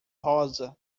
rosa